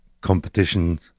competition